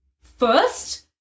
first